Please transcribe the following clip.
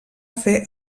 fer